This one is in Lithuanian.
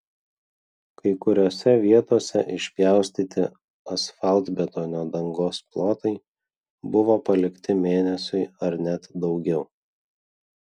kai kuriose vietose išpjaustyti asfaltbetonio dangos plotai buvo palikti mėnesiui ar net daugiau